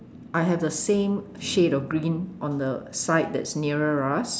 I have the same shade of green on the side that's nearer us